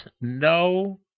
no